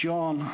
John